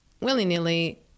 willy-nilly